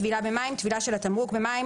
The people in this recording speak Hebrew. "טבילה במים" טבילה של התמרוק במים,